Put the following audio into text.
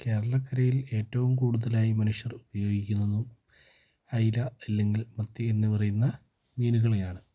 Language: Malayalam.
കേരളക്കരയിൽ ഏറ്റവും കൂടുതലായി മനുഷ്യർ ഉപയോഗിക്കുന്നതും ഐല അല്ലെങ്കിൽ മത്തി എന്ന് പറയുന്ന മീനുകളെയാണ്